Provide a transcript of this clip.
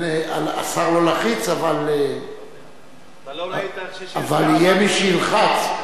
השר לא לחיץ, אבל יהיה מי שילחץ.